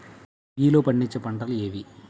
రబీలో పండించే పంటలు ఏవి?